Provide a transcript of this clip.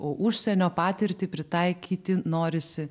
o užsienio patirtį pritaikyti norisi